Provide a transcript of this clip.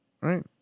right